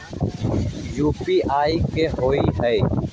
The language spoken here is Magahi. यू.पी.आई कि होअ हई?